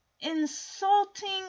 insulting